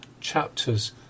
chapters